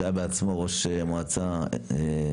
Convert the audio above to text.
שהיה בעצמו ראש מועצה בנגב.